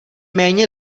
méně